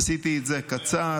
עשיתי את זה קצר,